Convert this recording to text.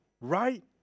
Right